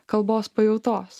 kalbos pajautos